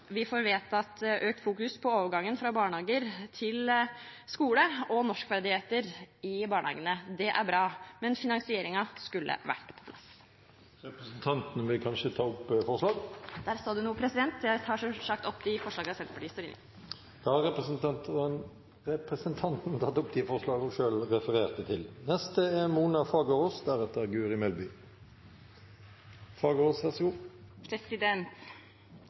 vi får vedtatt at det i økt grad skal fokuseres på overgangen fra barnehage til skole og på norskferdigheter i barnehagene. Det er bra. Men finansieringen skulle vært på plass. Jeg tar opp forslagene Senterpartiet står alene om, og det vi har sammen med SV. Representanten Marit Knutsdatter Strand har tatt opp de forslagene hun refererte til.